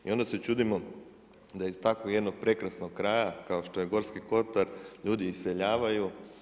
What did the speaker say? I onda se čudimo da iz takvog jednog prekrasnog kraja kao što je Gorski Kotar ljudi iseljavaju.